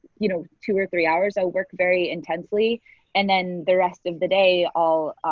you know, two or three hours i work very intensely and then the rest of the day i'll